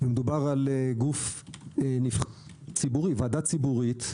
ומדובר על ועדה ציבורית,